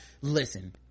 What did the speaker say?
listen